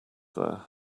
there